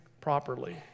properly